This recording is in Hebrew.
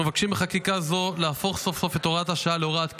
אנחנו מבקשים בחקיקה זאת להפוך סוף סוף את הוראת השעה להוראת קבע,